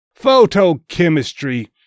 Photochemistry